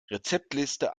rezeptliste